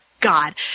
God